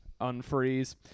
unfreeze